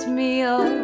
meal